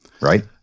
right